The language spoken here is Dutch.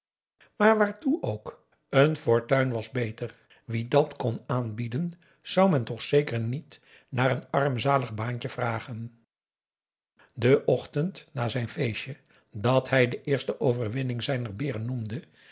maar waartoe ook een fortuin was beter wie dàt kon aanbieden zou men toch zeker niet naar een armzalig baantje vragen den ochtend na zijn feestje dat hij de eerste overwinning zijner beren noemde